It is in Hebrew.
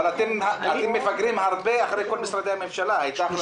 אבל אתם מפגרים הרבה אחרי כל משרדי הממשלה -- -4%.